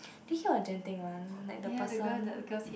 did you hear of Genting one like the person